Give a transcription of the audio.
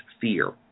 fear